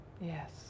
Yes